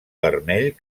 vermell